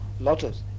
lotus